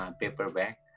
paperback